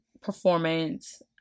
performance